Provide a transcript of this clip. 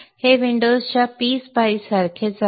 हे विंडोजच्या pSpice सारखेच आहे